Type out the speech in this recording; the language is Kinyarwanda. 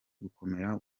gukomera